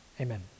Amen